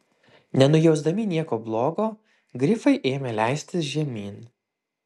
nenujausdami nieko blogo grifai ėmė leistis žemyn